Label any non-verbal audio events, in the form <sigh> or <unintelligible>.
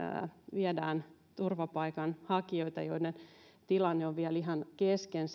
viedään turvapaikanhakijoita joiden tilanne ja selvittelyt ovat vielä ihan kesken <unintelligible>